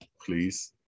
please